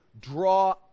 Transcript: draw